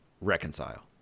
reconcile